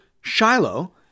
Shiloh